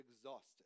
exhausted